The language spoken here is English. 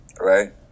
right